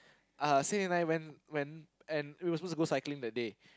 uh Sein and I went went and we're supposed to go cycling that day